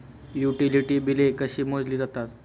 Utility बिले कशी मोजली जातात?